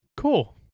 cool